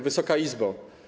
Wysoka Izbo!